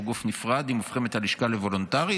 גוף נפרד אם הופכים את הלשכה לוולונטרית,